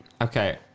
okay